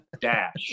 Dash